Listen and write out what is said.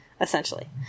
essentially